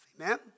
Amen